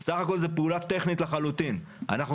זו